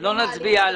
בשבוע הבא,